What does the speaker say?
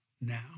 now